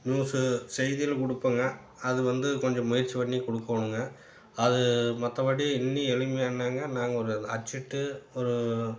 news செய்தியில கொடுப்பங்க அது வந்து கொஞ்சம் முயற்சி பண்ணிக் கொடுக்கோணுங்க அது மற்றப்படி இன்னி எளிமையானாங்க நாங்கள் ஒரு அச்சிட்டு ஒரு